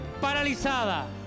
paralizada